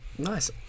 nice